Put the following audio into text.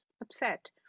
upset